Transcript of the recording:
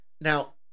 Now